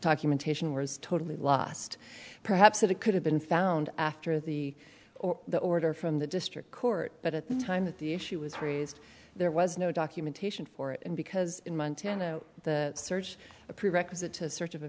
was totally lost perhaps that it could have been found after the or the order from the district court but at the time that the issue was raised there was no documentation for it and because in montana the search a prerequisite to search